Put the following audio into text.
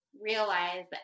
realize